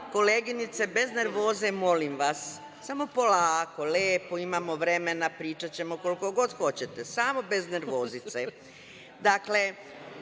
pare?)Koleginice, bez nervoze molim vas, samo polako, imamo vremena, pričaćemo koliko god hoćete, samo bez nervozice. Dakle,